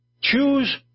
choose